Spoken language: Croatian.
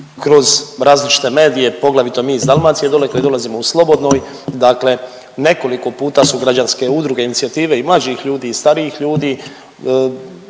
kroz različite medije poglavito mi iz Dalmacije dole kad dolazimo u slobodnoj. Dakle, nekoliko puta su građanske udruge, inicijative i mlađih ljudi i starijih ljudi